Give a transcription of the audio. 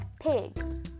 pigs